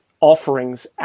offerings